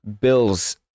Bills